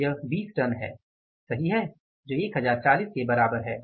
यह 20 टन है सही है जो 1040 के बराबर है